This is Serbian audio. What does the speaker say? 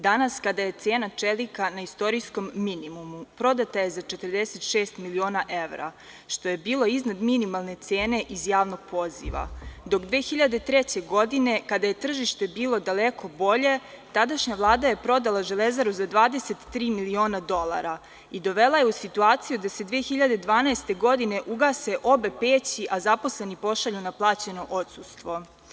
Danas kada je cena čelika na istorijskom minimumu, prodata je za 46 miliona evra, što je bilo iznad minimalne cene iz javnog poziva, dok 2003. godine, kada je tržište bilo daleko bolje, tadašnja vlada je prodala „Železaru“ za 23 miliona dolara i dovela je u situaciju da se 2012. godine ugase obe peći, a zaposleni pošalju na plaćeno odsustvo.